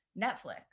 netflix